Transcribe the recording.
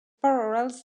parallels